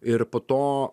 ir po to